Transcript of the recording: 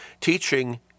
teaching